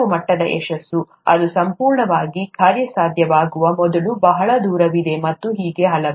ಕೆಲವು ಮಟ್ಟದ ಯಶಸ್ಸು ಇದು ಸಂಪೂರ್ಣವಾಗಿ ಕಾರ್ಯಸಾಧ್ಯವಾಗುವ ಮೊದಲು ಬಹಳ ದೂರವಿದೆ ಮತ್ತು ಹೀಗೆ ಹಲವು